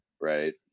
right